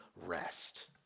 rest